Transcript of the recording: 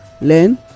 learn